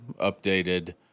updated